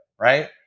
Right